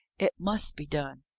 it must be done.